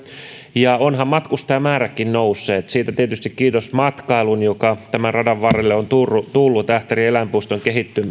ja onhan matkustajamäärätkin nousseet siitä tietysti kiitos matkailun joka tämän radan varrelle on tullut ähtärin eläinpuiston